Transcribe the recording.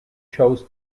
chose